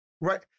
Right